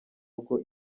rugo